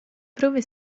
prove